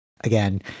Again